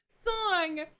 song